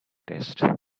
test